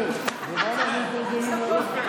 שוסטר, במה אנחנו יותר זולים מאירופה?